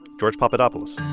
george papadopoulos